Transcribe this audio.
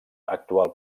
actual